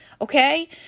okay